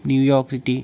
New York city